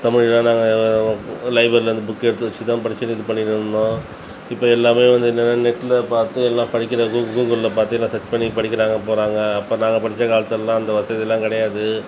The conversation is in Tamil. தமிழ்லாம் நாங்கள் லைப்பரிலேருந்து புக் எடுத்து வச்சுதான் படிச்சுட்டு இது பண்ணின்னுருந்தோம் இப்போ எல்லாமே வந்து என்னென்னா நெட்டில் பார்த்து எல்லாம் படிக்கின்ற கூக் கூகுளில் பார்த்து எல்லாம் செட் பண்ணி படிக்கிறாங்க போகிறாங்க அப்போ நாங்கள் படித்த காலத்துலல்லாம் அந்த வசதியெலாம் கிடையாது